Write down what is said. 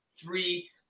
three